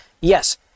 yes